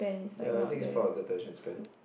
ya I think it's part of the attention spent